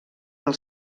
del